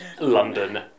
London